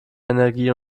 energie